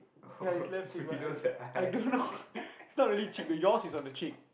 ya his left cheek but I I don't know it's not really cheek the yours is on the cheek